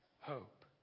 hope